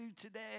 today